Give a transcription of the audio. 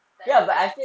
tak payah bual-bual